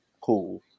Cool